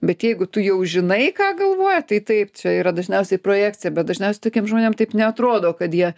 bet jeigu tu jau žinai ką galvoja tai tai čia yra dažniausiai projekcija bet dažniausiai tokiem žmonėm taip neatrodo kad jie